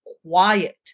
quiet